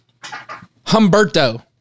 Humberto